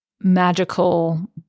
magical